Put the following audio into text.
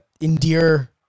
endear